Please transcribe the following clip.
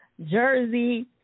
Jersey